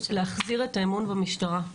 להחזיר את האמון במשטרה.